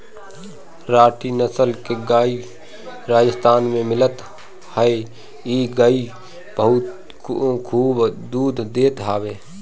राठी नसल के गाई राजस्थान में मिलत हअ इ गाई खूब दूध देत हवे